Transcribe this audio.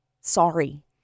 sorry